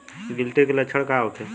गिलटी के लक्षण का होखे?